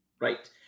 Right